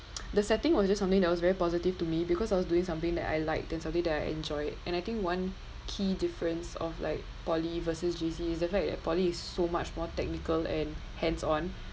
the setting was just something that was very positive to me because I was doing something that I like then something that I enjoy and I think one key difference of like poly versus J_C is the fact that poly is so much more technical and hands on